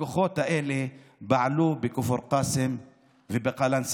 הכוחות האלה פעלו בכפר קאסם ובקלנסווה.